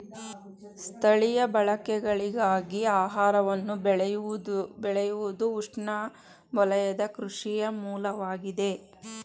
ಸ್ಥಳೀಯ ಬಳಕೆಗಳಿಗಾಗಿ ಆಹಾರವನ್ನು ಬೆಳೆಯುವುದುಉಷ್ಣವಲಯದ ಕೃಷಿಯ ಮೂಲವಾಗಿದೆ